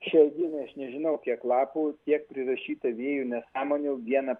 šiai dienai aš nežinau kiek lapų tiek prirašyta vėjų nesąmonių vieną